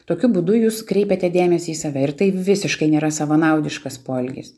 tokiu būdu jūs kreipiate dėmesį į save ir tai visiškai nėra savanaudiškas poelgis